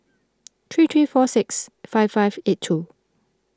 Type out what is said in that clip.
three three four six five five eight two